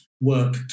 work